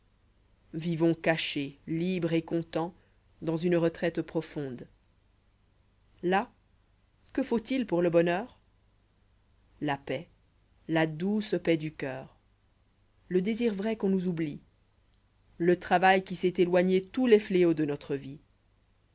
vivons caché libre et content dans une retraite profonde là quofaut il pour le bonheur la paix la douce paix du coeur le désir vrai qu'on nous oublie le travail qui sait éloigner tous les fléaux de notre vie